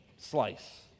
Slice